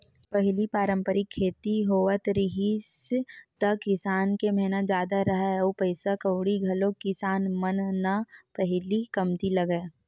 पहिली पारंपरिक खेती होवत रिहिस त किसान के मेहनत जादा राहय अउ पइसा कउड़ी घलोक किसान मन न पहिली कमती लगय